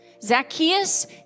Zacchaeus